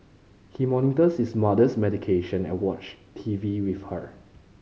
he monitors his mother's medication and watch T V with her